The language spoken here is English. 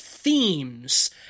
themes